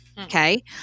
Okay